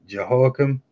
Jehoiakim